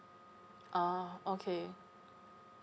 ah okay